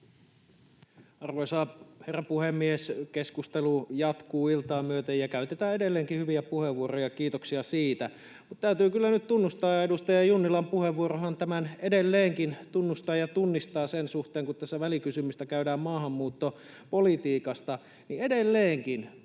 Arvoisa herra puhemies! Keskustelu jatkuu iltaa myöten, ja edelleenkin käytetään hyviä puheenvuoroja — kiitoksia siitä. Täytyy kyllä nyt tunnustaa — edustaja Junnilan puheenvuorohan tämän sen suhteen edelleenkin tunnustaa ja tunnistaa, kun tässä välikysymystä käydään maahanmuuttopolitiikasta — että edelleenkin